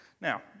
Now